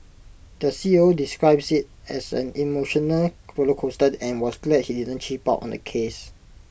the C E O describes IT as an emotional roller coaster and was glad he didn't cheap out on the case